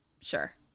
sure